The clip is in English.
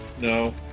No